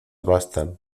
bastan